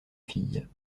fille